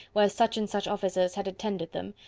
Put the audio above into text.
where such and such officers had attended them,